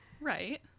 right